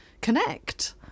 connect